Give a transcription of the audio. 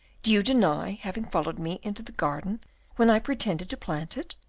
do you deny having followed me into the garden when i pretended to plant it?